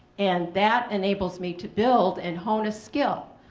and that enables me to build and hone a skill.